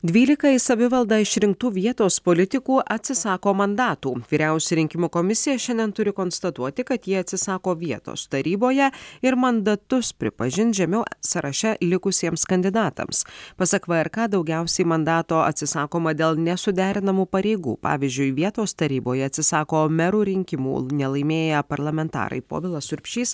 dvylika į savivaldą išrinktų vietos politikų atsisako mandatų vyriausioji rinkimų komisija šiandien turi konstatuoti kad jie atsisako vietos taryboje ir mandatus pripažint žemiau sąraše likusiems kandidatams pasak v er ka daugiausiai mandato atsisakoma dėl nesuderinamų pareigų pavyzdžiui vietos taryboje atsisako merų rinkimų nelaimėję parlamentarai povilas urbšys